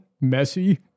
Messy